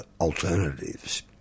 alternatives